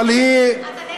אבל היא קונסיסטנטית.